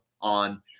on